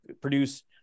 produce